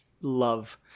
love